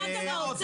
למדת מהאוצר?